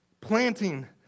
Planting